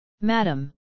madam